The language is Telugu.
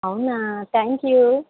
అవునా థ్యాంక్ యూ